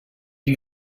lui